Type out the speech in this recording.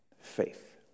faith